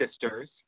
sisters